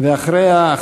ואחריה,